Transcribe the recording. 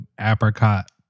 apricot